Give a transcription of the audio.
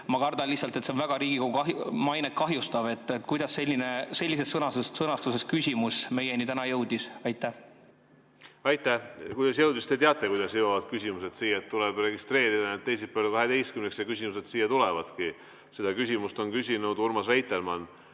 ma kardan lihtsalt, et see on väga Riigikogu mainet kahjustav. Kuidas sellises sõnastuses küsimus meieni täna jõudis? Aitäh! Kuidas jõudis? Te teate, kuidas jõuavad küsimused siia – tuleb registreerida need teisipäeval kella 12‑ks ja küsimused siia tulevadki. Seda küsimust on küsinud Urmas Reitelmann